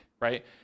right